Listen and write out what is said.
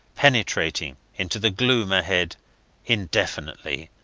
penetrating into the gloom ahead indefinitely.